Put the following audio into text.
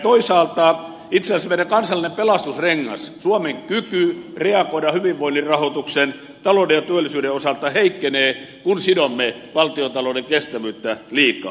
toisaalta itse asiassa meidän kansallinen pelastusrenkaamme suomen kyky reagoida hyvinvoinnin rahoituksen talouden ja työllisyyden osalta heikkenee kun sidomme valtiontalouden kestävyyttä liikaa